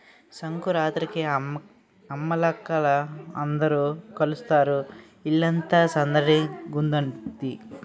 సంకురాత్రికి అమ్మలక్కల అందరూ కలుస్తారు ఇల్లంతా సందడిగుంతాది